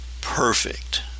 perfect